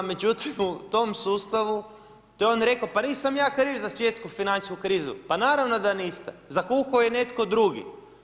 Međutim, u tom sustavu, to je on rekao, pa nisam ja kriv za svjetsku financijsku krizu, pa naravno da niste, zakuhao je netko drugi.